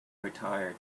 retire